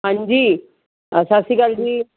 ਹਾਂਜੀ ਸਤਿ ਸ਼੍ਰੀ ਅਕਾਲ ਜੀ